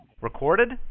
Recorded